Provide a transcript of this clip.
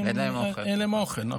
אין להם אוכל.